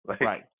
Right